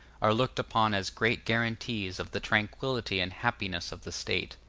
are looked upon as great guarantees of the tranquillity and happiness of the state.